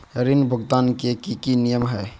ऋण भुगतान के की की नियम है?